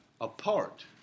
apart